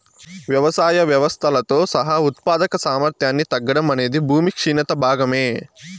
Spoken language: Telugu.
వ్యవసాయ వ్యవస్థలతో సహా ఉత్పాదక సామర్థ్యాన్ని తగ్గడం అనేది భూమి క్షీణత భాగమే